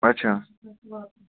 اچھا